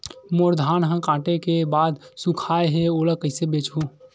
मोर धान ह काटे के बाद सुखावत हे ओला कइसे बेचहु?